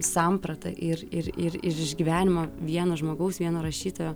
sampratą ir ir ir išgyvenimo vieno žmogaus vieno rašytojo